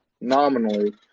nominally